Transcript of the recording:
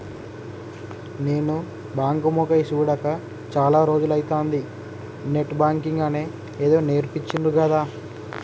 నేను బాంకు మొకేయ్ సూడక చాల రోజులైతంది, నెట్ బాంకింగ్ అని ఏదో నేర్పించిండ్రు గదా